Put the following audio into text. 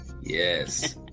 Yes